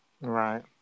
Right